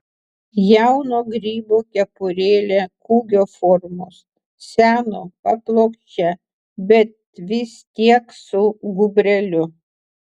jauno grybo kepurėlė kūgio formos seno paplokščia bet vis tiek su gūbreliu